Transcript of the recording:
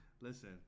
listen